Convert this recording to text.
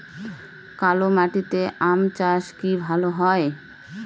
কালো মাটিতে আম চাষ কি ভালো হয়?